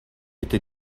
bitte